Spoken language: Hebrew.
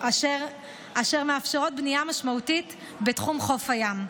אשר מאפשרות בנייה משמעותית בתחום חוף הים.